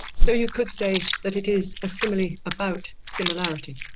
so you could say that it is a simile about similarity.